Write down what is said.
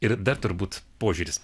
ir dar turbūt požiūris